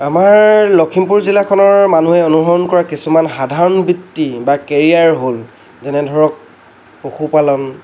আমাৰ লখিমপুৰ জিলাখনৰ মানুহে অনুসৰণ কৰা কিছুমান সাধাৰণ বৃত্তি বা কেৰিয়াৰ হ'ল যেনে ধৰক পশুপালন